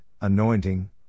Anointing